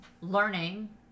learning